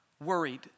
worried